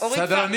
אורית פרקש הכהן,